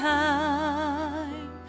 time